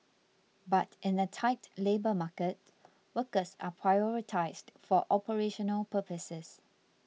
but in a tight labour market workers are prioritised for operational purposes